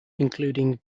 including